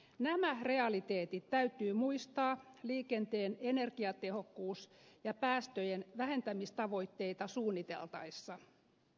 nämä realiteetit täytyy muistaa liikenteen energiatehokkuus ja päästöjen vähentämistavoitteita suunniteltaessa